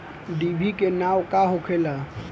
डिभी के नाव का होखेला?